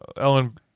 Ellen